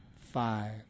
five